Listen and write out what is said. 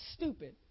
stupid